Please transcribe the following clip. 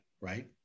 right